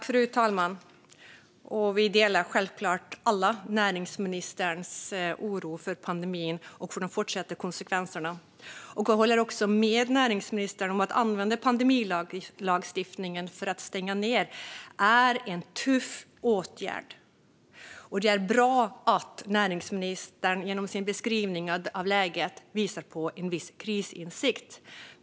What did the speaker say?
Fru talman! Vi delar självklart alla näringsministerns oro för pandemin och de fortsatta konsekvenserna. Jag håller också med näringsministern: Att använda pandemilagstiftningen för att stänga ned är en tuff åtgärd. Det är bra att näringsministern genom sin beskrivning av läget visar en viss krisinsikt.